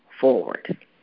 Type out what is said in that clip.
forward